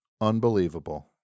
Unbelievable